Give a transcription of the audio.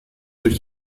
durch